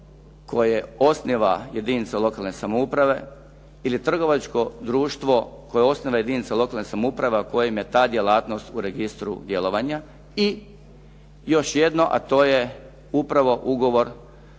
koje osniva jedinica lokalne samouprave ili trgovačko društvo koje osniva jedinica lokalne samouprave a koja im je ta djelatnost u registru djelovanja. I još jedno a to je upravo ugovor